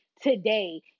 today